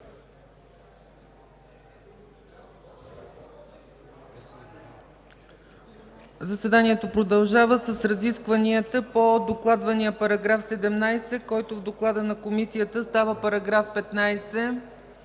Заседанието продължава с разискванията по докладвания § 17, който в доклада на комисията става § 15.